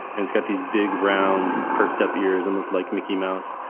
and it's got these big, round, perked-up ears, almost like mickey mouse.